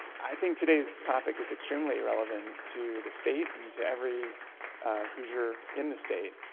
i think today's topic is extremely relevant to the state, and to every hoosier in the state.